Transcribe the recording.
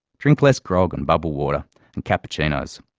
drink less grog, and bubble-water and cappuccinos,